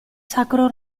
sacro